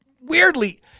weirdly